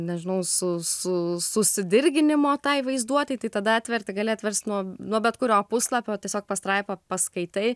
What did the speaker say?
nežinau su su susidirginimo tai vaizduotei tai tada atverti gali atverst nuo nuo bet kurio puslapio tiesiog pastraipą paskaitai